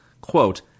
quote